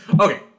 Okay